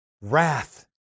wrath